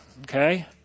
Okay